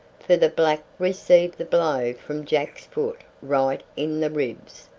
for the black received the blow from jack's foot right in the ribs,